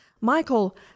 Michael